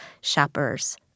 shoppers